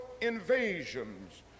invasions